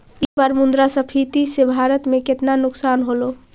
ई बार मुद्रास्फीति से भारत में केतना नुकसान होलो